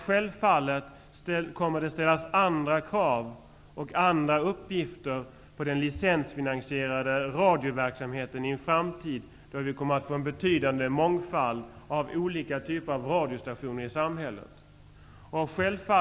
Självfallet kommer det att ställas andra krav på den licensfinansierade radioverksamheten i en framtid då vi kommer att ha många olika typer av radiostationer i samhället.